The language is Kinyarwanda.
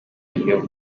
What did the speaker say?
iyo